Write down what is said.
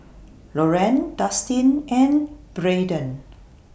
Loran Dustin and Braiden